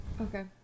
Okay